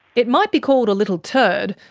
it might be called a little turd,